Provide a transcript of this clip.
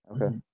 Okay